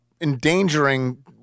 endangering –